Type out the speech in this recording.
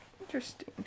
Interesting